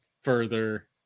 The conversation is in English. further